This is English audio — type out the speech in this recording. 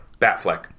Batfleck